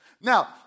Now